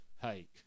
Hey